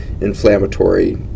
inflammatory